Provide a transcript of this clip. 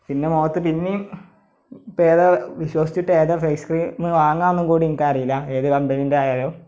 പിന്നെ മുഖത്ത് പിന്നേയും ഇപ്പം ഏതാ വിശ്വസിച്ചിട്ട് ഏതാ ഫേസ് ക്രീം മ് വാങ്ങുകാണ് കൂടി എനിക്ക് അറിയില്ല ഏത് കമ്പനീൻ്റെ ആയാലും